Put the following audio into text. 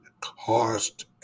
cost